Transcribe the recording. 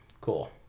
cool